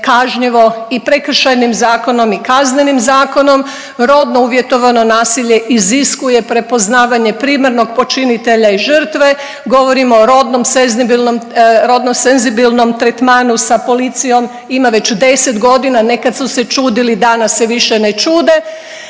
kažnjivo i Prekršajnim zakonom i kaznenim zakonom. Rodno uvjetovano nasilje iziskuje prepoznavanje primarnog počinitelja i žrtve. Govorimo o rodnom senzibilnom tretmanu sa policijom. Ima već 10 godina, nekad su se čudili, danas se više ne čude.